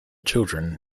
children